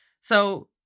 So-